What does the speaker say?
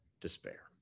despair